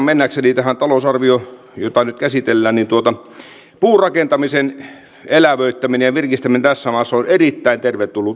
mennäkseni tähän talousarvioon jota nyt käsitellään puurakentamisen elävöittäminen ja virkistäminen tässä maassa on erittäin tervetullut ilmiö